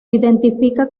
identifica